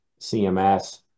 CMS